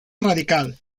radical